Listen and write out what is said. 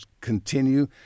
continue